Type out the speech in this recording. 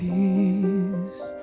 peace